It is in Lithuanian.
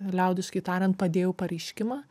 liaudiškai tariant padėjau pareiškimą